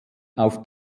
auf